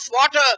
water